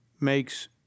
makes